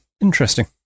interesting